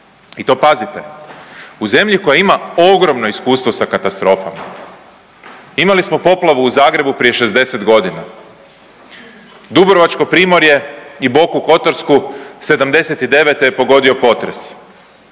i to pazite, u zemlji koja ima ogromno iskustvo sa katastrofama. Imali smo poplavu u Zagrebu prije 60.g., Dubrovačko primorje i Boku kotarsku '79. je pogodio potres,